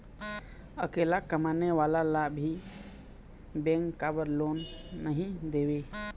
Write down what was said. अकेला कमाने वाला ला भी बैंक काबर लोन नहीं देवे?